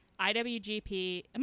IWGP